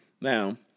Now